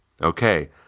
Okay